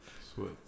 Sweat